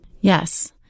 Yes